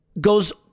goes